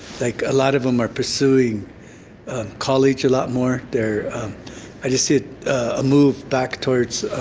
like a lot of em are pursuing college a lot more. they're i just see a move back towards